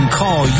call